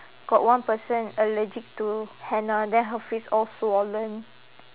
got one person allergic to henna then her face all swollen